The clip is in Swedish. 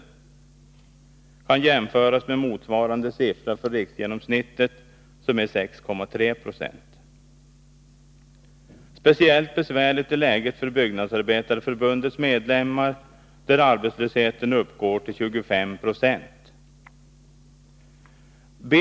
Det kan jämföras med motsvarande siffra för riksgenomsnittet, som är 6,3 I. — Speciellt besvärligt är läget för Byggnadsarbetareförbundets medlemmar, där arbetslösheten uppgår till 25 96.